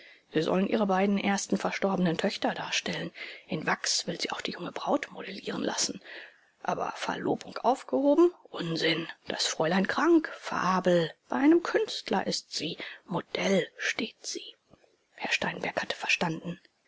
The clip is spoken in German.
sie sollen ihre beiden ersten verstorbenen töchter darstellen in wachs will sie auch die junge braut modellieren lassen aber verlobung aufgehoben unsinn das fräulein krank fabel bei einem künstler ist sie modell steht sie herr steinberg hatte verstanden